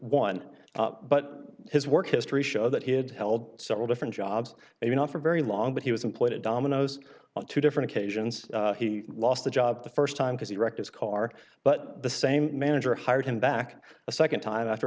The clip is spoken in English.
one but his work history show that he had held several different jobs maybe not for very long but he was employed at domino's on two different occasions he lost the job the first time because he wrecked his car but the same manager hired him back a second time after